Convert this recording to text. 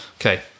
okay